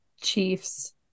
Chiefs